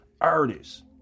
Artists